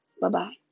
Bye-bye